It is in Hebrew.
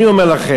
אני אומר לכם,